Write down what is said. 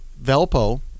Velpo